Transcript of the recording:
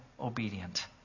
obedient